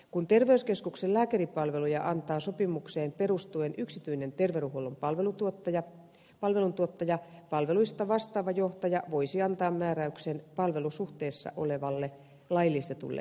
kun terveyskeskuksen lääkäripalveluja antaa sopimukseen perustuen yksityinen terveydenhuollon palveluntuottaja palveluista vastaava johtaja voisi antaa määräyksen palvelusuhteessa olevalle laillistetulle lääkärille